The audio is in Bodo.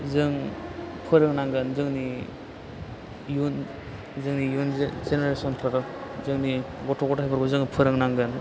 जों फोरोंनांगोन जोंनि इयुन जोंनि इयुन जेनेरेसनफोर जोंनि गथ' गथायफोरखौ फोरोंनांगोन